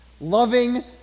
loving